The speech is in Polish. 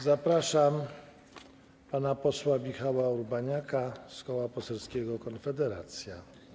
Zapraszam pana posła Michała Urbaniaka z Koła Poselskiego Konfederacja.